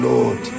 Lord